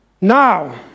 Now